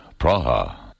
Praha